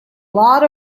lot